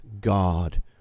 God